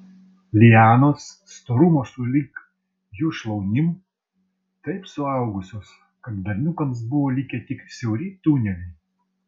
lianos storumo sulig jų šlaunim taip suaugusios kad berniukams buvo likę tik siauri tuneliai